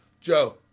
Joe